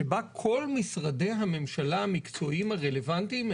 שבה כל משרדי הממשלה המקצועיים הרלוונטיים,